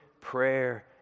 prayer